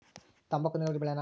ತಂಬಾಕು ನೇರಾವರಿ ಬೆಳೆನಾ?